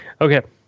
okay